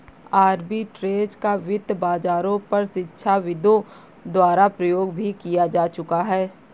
arbitrage का वित्त बाजारों पर शिक्षाविदों द्वारा प्रयोग भी किया जा चुका है